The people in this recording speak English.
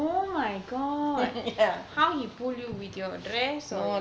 oh my god how he pull you with your dress or